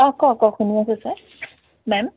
অঁ কওক কওক শুনি আছোঁ মই